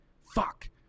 Fuck